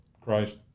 Christ